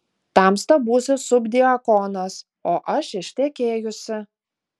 tamsta būsi subdiakonas o aš ištekėjusi